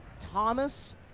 Thomas